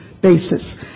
basis